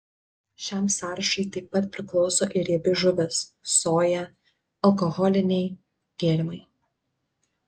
šiam sąrašui taip pat priklauso ir riebi žuvis soja alkoholiniai gėrimai